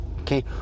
Okay